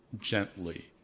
gently